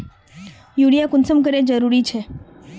Urea कुंसम करे जरूरी छै?